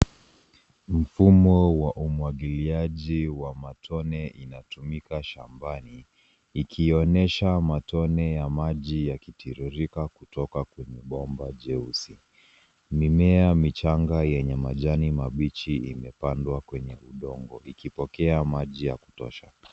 Mfumo wa umwagiliaji wa matone inatumika shambani, ikionyesha matone ya maji yakitiririka kutoka kwenye bomba jeusi. Mimea michanga yenye majani mabichi imepandwa kwenye udongo ikipokea maji ya kutosha.